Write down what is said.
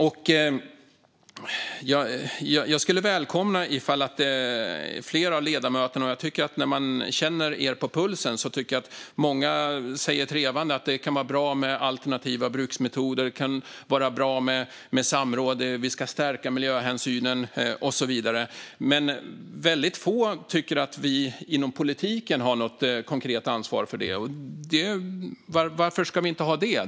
När man känner er andra ledamöter på pulsen tycker jag att många säger trevande att det kan vara bra med alternativa bruksmetoder och samråd, att man ska stärka miljöhänsynen och så vidare, men väldigt få tycker att vi inom politiken har något konkret ansvar för det. Varför ska vi inte ha det?